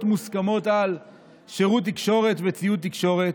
מוסכמות על שירות תקשורת וציוד תקשורת),